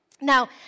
Now